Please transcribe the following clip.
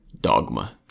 dogma